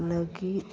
ᱞᱟᱹᱜᱤᱫ